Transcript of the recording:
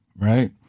Right